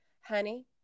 honey